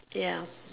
ya